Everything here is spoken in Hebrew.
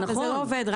אבל זה לא עובד.